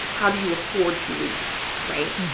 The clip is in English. how do you afford to leave, right?